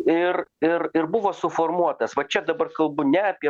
ir ir ir buvo suformuotas va čia dabar kalbu ne apie